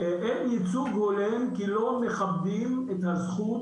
אין ייצוג הולם כי לא מכבדים את הזכות